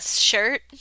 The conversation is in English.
shirt